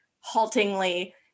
haltingly